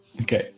Okay